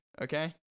okay